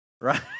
right